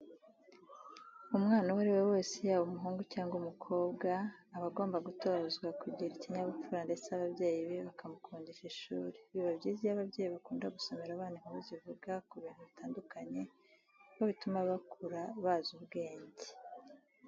Umwana uwo ari we wese yaba umuhungu cyangwa se umukobwa aba agomba gutoza kugira ikinyabupfura ndetse ababyeyi be bakamukundisha ishuri. Biba byiza iyo ababyeyi bakunda gusomera abana inkuru zivuga ku bintu bitandukanye kuko bituma bakura bazi ubwenge.